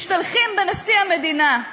משתלחים בנשיא המדינה.